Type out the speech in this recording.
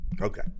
Okay